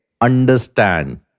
understand